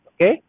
okay